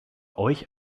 euch